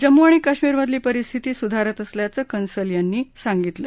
जम्मू आणि काश्मिर मधली परिस्थिती सुधारत असल्याचं कंसल यांनी सांगितलं